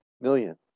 Million